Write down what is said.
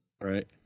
right